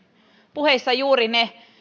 puheena juuri ne